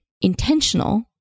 intentional